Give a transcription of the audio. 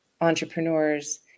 entrepreneurs